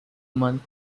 month